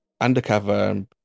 undercover